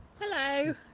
Hello